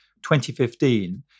2015